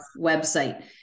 website